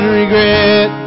regret